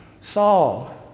Saul